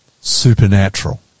supernatural